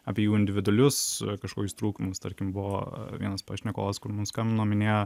apie jų individualius kažkokius trūkumus tarkim buvo vienas pašnekovas kur mums skambino minėjo